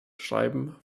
schreiben